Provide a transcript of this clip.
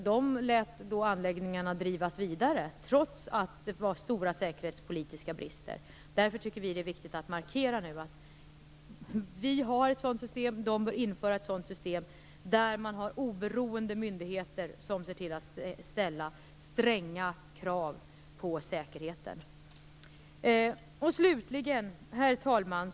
De lät dem då drivas vidare, trots att det fanns stora säkerhetspolitiska brister. Därför tycker vi att det är viktigt att markera att vi har ett system - och att de bör införa ett sådant system - där vi har oberoende myndigheter som ställer stränga krav på säkerheten. Herr talman!